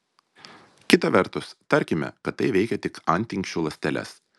kita vertus tarkime kad tai veikia tik antinksčių ląsteles